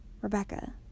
Rebecca